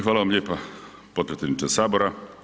Hvala vam lijepo potpredsjedniče Sabora.